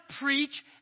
preach